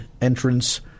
entrance